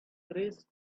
trees